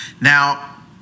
Now